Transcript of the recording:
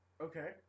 Okay